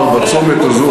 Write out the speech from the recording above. בצומת הזה,